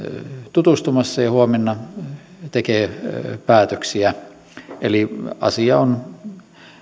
tutustumassa ja huomenna tekee päätöksiä eli asia on